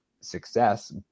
success